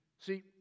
See